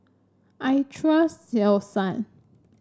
I trust Selsun